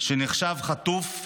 שנחשב חטוף,